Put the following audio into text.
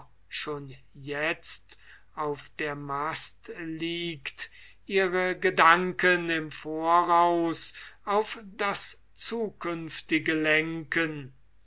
schon jetzt auf der mast liegt ihre gedanken im voraus auf das zukünftige lenken